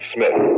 Smith